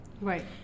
right